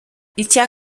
icya